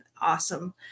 awesome